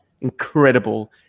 incredible